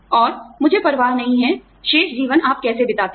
और मुझे परवाह नहीं है शेष जीवन आप कैसे बिताते हैं